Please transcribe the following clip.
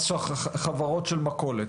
מס חברות של מכולת,